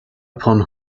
upon